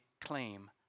claim